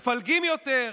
מפלגים יותר,